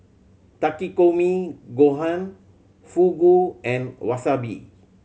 Takikomi Gohan Fugu and Wasabi